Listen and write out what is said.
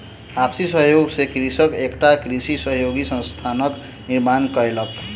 आपसी सहयोग सॅ कृषक एकटा कृषि सहयोगी संस्थानक निर्माण कयलक